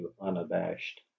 unabashed